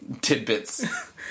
tidbits